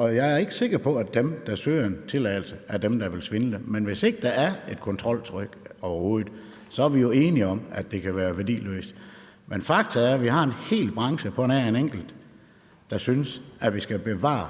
Jeg er ikke sikker på, at dem, der søger en tilladelse, er dem, der vil svindle. Hvis ikke der er et kontroltryk overhovedet, er vi jo enige om, at det kan være værdiløst, men fakta er, at vi har en hel branche på nær en enkelt, der synes, at vi skal bevare